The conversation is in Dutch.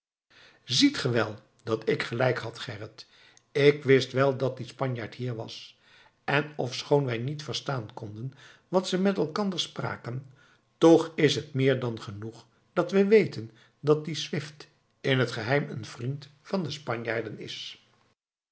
ziet ge wel dat ik gelijk had gerrit ik wist wel dat die spanjaard hier was en ofschoon wij niet verstaan konden wat ze met elkander spraken toch is het meer dan genoeg dat we weten dat die swift in het geheim een vriend van den spanjaard is